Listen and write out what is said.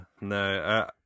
no